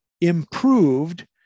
improved